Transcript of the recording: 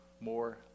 more